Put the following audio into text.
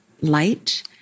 light